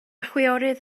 chwiorydd